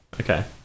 Okay